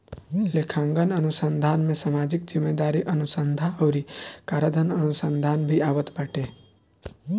लेखांकन अनुसंधान में सामाजिक जिम्मेदारी अनुसन्धा अउरी कराधान अनुसंधान भी आवत बाटे